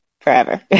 forever